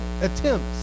attempts